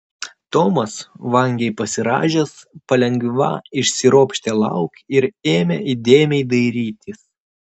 tomas vangiai pasirąžęs palengva išsiropštė lauk ir ėmė įdėmiai dairytis